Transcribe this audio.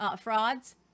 frauds